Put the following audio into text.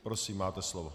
Prosím, máte slovo.